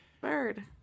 Bird